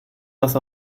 das